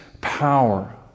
power